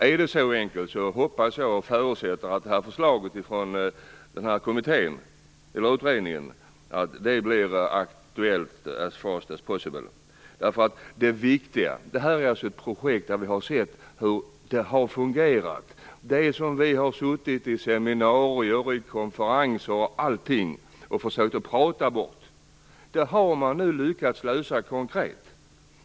Om det är så enkelt hoppas och förutsätter jag att förslaget från utredningen blir aktuellt, as fast as possible. Vi har sett att det här projektet har fungerat. Det som vi under seminarier och konferenser försökt att prata bort har man nu lyckats att lösa konkret.